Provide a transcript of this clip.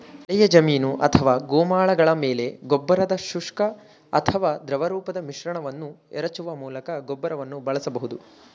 ಬೆಳೆಯ ಜಮೀನು ಅಥವಾ ಗೋಮಾಳಗಳ ಮೇಲೆ ಗೊಬ್ಬರದ ಶುಷ್ಕ ಅಥವಾ ದ್ರವರೂಪದ ಮಿಶ್ರಣವನ್ನು ಎರಚುವ ಮೂಲಕ ಗೊಬ್ಬರವನ್ನು ಬಳಸಬಹುದು